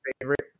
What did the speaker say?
favorite